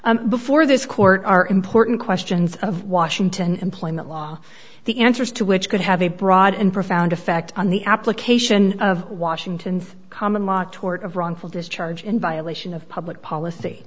before this court are important questions of washington employment law the answers to which could have a broad and profound effect on the application of washington's common law tort of wrongful discharge and violation of public policy